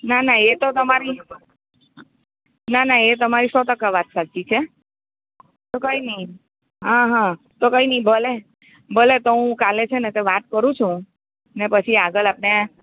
ના ના એ તો તમારી ના ના એ તમારી સો ટકા વાત સાચી છે તો કઈ નઇ હાં હાં તો કઈ નઇ ભલે ભલે તો હું કાલે છે ને વાત કરું છું ને પછી આગળ આપણે